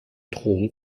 drohung